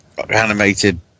Animated